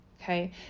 Okay